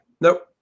nope